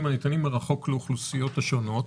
הניתנים מרחוק לאוכלוסיות השונות.